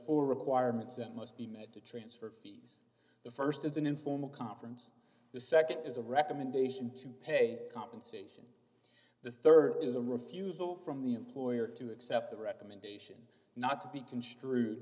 four requirements that must be met to transfer fee the st is an informal conference the nd is a recommendation to pay compensation the rd is a refusal from the employer to accept the recommendation not to be construed